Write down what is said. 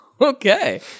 Okay